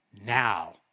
now